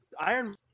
iron